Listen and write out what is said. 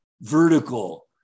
vertical